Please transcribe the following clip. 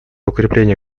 укрепление